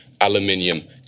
aluminium